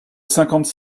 cinquante